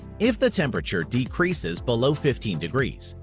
if the temperature decreases below fifteen degree,